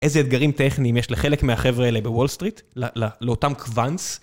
איזה אתגרים טכניים יש לחלק מהחבר'ה האלה בוול סטריט, לאותם קוואנטס.